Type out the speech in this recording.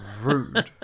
Rude